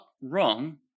wrong